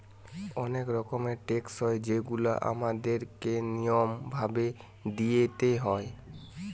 অনেক রকমের ট্যাক্স হয় যেগুলা আমাদের কে নিয়ম ভাবে দিইতে হয়